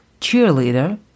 cheerleader